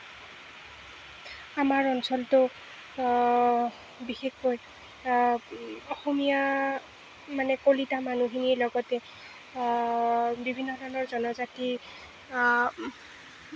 আমাৰ অঞ্চলটো বিশেষকৈ অসমীয়া মানে কলিতা মানুহখিনি লগতে বিভিন্ন ধৰণৰ জনজাতি